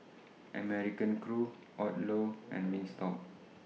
American Crew Odlo and Wingstop